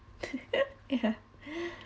ya